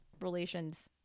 relations